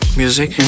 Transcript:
music